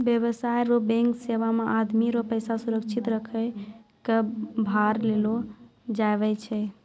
व्यवसाय रो बैंक सेवा मे आदमी रो पैसा सुरक्षित रखै कै भार लेलो जावै छै